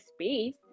space